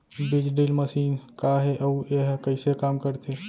बीज drill machine का हे अऊ एहा कइसे काम करथे?